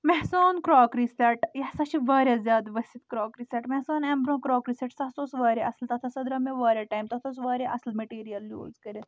مےٚ ہسا اوٚن کراکٕری سیٚٹ یہِ ہسا چھُ واریاہ زیادٕ ؤسِتھ کراکٕری سیٚٹ مےٚ ہسا اوٚن امہِ برونٛہہ کراکٕری سیٚٹ سُہ ہسا اوس واریاہ اصٕل تتھ ہسا درٛاو مےٚ واریاہ ٹایِم تتھ اوس واریاہ اصٕل میٹیٖریل یوز کٔرِتھ